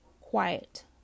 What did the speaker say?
quiet